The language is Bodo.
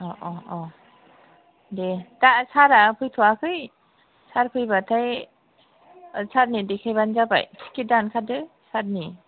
दे दा सारा फैथ'याखै सार फैबाथाय सारनो देखायबानो जाबाय टिकिट दानखादो सारनि